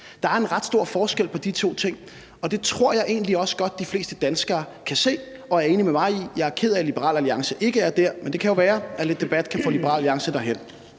Der er en ret stor forskel på de to ting, og det tror jeg egentlig også godt de fleste danskere kan se og er enig med mig i. Jeg er ked af, at Liberal Alliance ikke er der, men det kan jo være, at lidt debat kan få Liberal Alliance derhen.